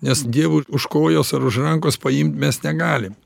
nes dievui už kojos ar už rankos paimt mes negalim